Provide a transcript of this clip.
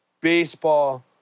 baseball